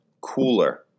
cooler